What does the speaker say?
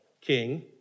king